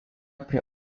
prie